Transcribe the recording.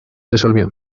resolvió